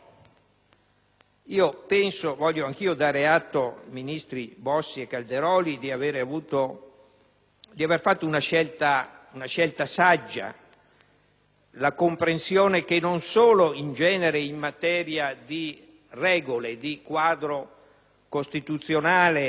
po' no. Voglio anch'io dare atto ai ministri Bossi e Calderoli di aver fatto una scelta saggia e di aver compreso non solo che, in materia di regole e di quadro costituzionale,